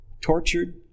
tortured